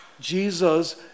Jesus